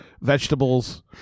vegetables